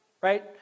right